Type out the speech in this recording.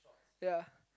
ya